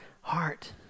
heart